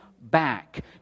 back